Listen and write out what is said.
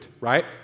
right